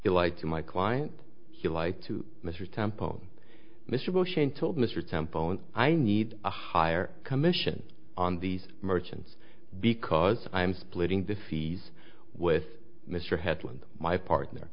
lied to my client he lied to mr temple mr bush and told mr temple and i need a higher commission on these merchants because i am splitting the fees with mr headland my partner